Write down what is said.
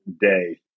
day